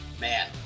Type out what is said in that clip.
Man